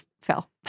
fell